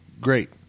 great